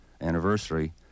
anniversary